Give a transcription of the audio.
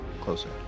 Closer